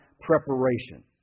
preparation